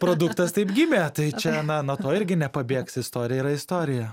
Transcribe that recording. produktas taip gimė tai čia na nuo to irgi nepabėgsi istorija yra istorija